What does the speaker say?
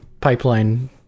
pipeline